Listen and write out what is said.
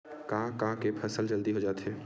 का का के फसल जल्दी हो जाथे?